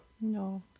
No